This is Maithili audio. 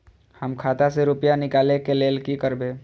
हम खाता से रुपया निकले के लेल की करबे?